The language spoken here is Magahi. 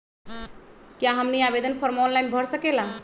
क्या हमनी आवेदन फॉर्म ऑनलाइन भर सकेला?